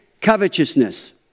covetousness